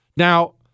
Now